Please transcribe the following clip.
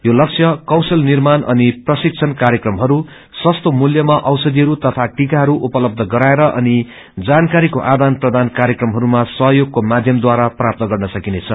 यो लश्य कौशल निर्माण अनि प्रशिक्षण कार्यक्रमहरू सस्तो मूल्यामा औषषीहरू तथा टिकाहरू उपलबथ गराएर अनजिनकारीको दिन प्रदान कार्यक्रमहस्मा सहयोगको माध्यमद्वारा प्रास्त गर्न सकिनेछ